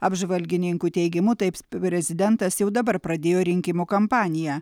apžvalgininkų teigimu taip prezidentas jau dabar pradėjo rinkimų kampaniją